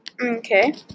Okay